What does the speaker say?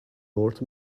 north